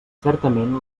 certament